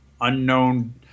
unknown